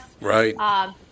Right